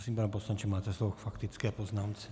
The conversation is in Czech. Prosím, pane poslanče, máte slovo k faktické poznámce.